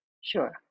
sure